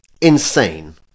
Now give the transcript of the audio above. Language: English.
insane